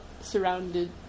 surrounded